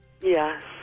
Yes